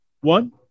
one